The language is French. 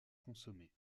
consommée